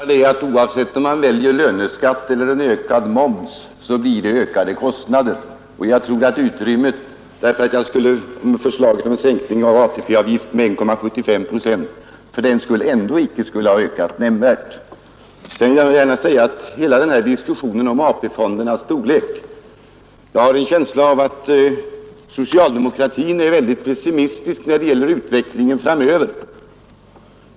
Herr talman! Oavsett om man väljer höjd löneskatt eller ökad moms blir det ökade kostnader. Jag tror inte att löneutrymmet skulle ha ökat nämnvärt genom en sänkning av ATP-avgiften med 1,75 procent. Sedan gällde det den här diskussionen om AP-fondernas storlek. Jag har en känsla av att man inom socialdemokratin är väldigt pessimistisk beträffande utvecklingen framöver.